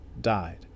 died